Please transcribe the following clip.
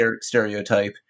stereotype